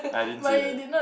I didn't say that